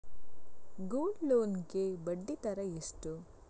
Gold loan ಗೆ ಬಡ್ಡಿ ದರ ಎಷ್ಟು?